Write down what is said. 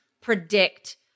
predict